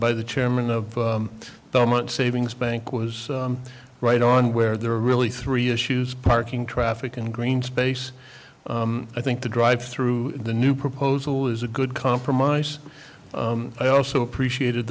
by the chairman of the month savings bank was right on where there are really three issues parking traffic and green space i think the drive through the new proposal is a good compromise i also appreciated